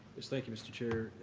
yes. thank you, mr. chair.